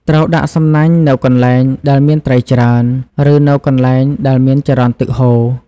ត្រូវដាក់សំណាញ់នៅកន្លែងដែលមានត្រីច្រើន ឬនៅកន្លែងដែលមានចរន្តទឹកហូរ។